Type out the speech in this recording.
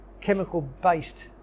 chemical-based